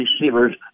receivers